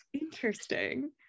Interesting